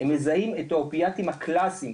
הם מזהים את האופיאטים הקלאסיים,